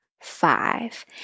five